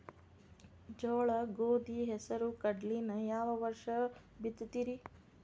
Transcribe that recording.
ಜೋಳ, ಗೋಧಿ, ಹೆಸರು, ಕಡ್ಲಿನ ಯಾವ ವರ್ಷ ಬಿತ್ತತಿರಿ?